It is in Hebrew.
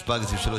התשפ"ג 2023,